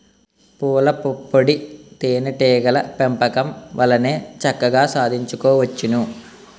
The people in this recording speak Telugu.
పూలపుప్పొడి తేనే టీగల పెంపకం వల్లనే చక్కగా సాధించుకోవచ్చును